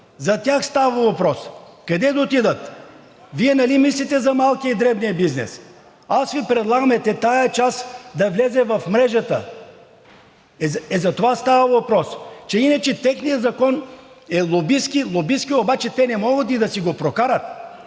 за тях става въпрос къде да отидат? Вие нали мислите за малкия и дребния бизнес? Аз Ви предлагам тази част да влезе в мрежата – ето за това става въпрос. А иначе, че техният закон е лобистки – лобистки е, но те не могат и да си го прокарат.